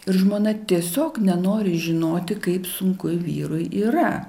ir žmona tiesiog nenori žinoti kaip sunku vyrui yra